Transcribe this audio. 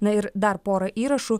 na ir dar pora įrašų